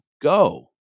go